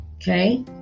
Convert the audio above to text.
Okay